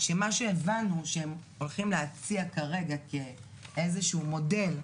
שמה שהבנו שהם הולכים להציע כרגע כאיזשהו מודל,